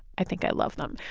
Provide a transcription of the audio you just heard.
i think i love them.